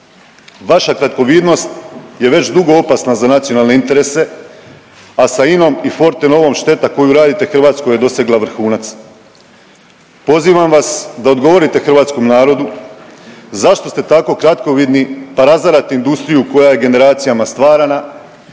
Vaša kratkovidnost je već dugo opasna za nacionalne interese, a sa Inom i Fortenovom šteta koju radite Hrvatskoj je dosegla vrhunac. Pozivam vas da odgovorite hrvatskom narodu zašto ste tako kratkovidni pa razarate industriju koja je generacijama stvarana?